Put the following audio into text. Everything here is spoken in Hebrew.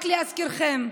רק להזכירכם,